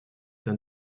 d’un